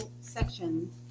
section